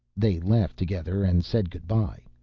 they laughed together and said good-by.